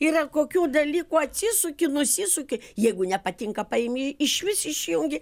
yra kokių dalykų atsisuki nusisuki jeigu nepatinka paimi išvis išjungi